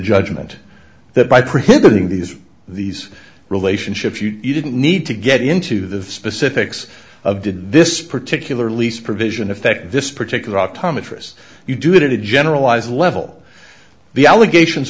judgment that by prohibiting these these relationships you didn't need to get into the specifics of did this particular lease provision affect this particular optometrists you do it in a generalized level the allegations